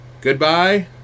goodbye